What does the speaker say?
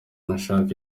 mechack